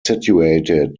situated